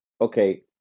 okay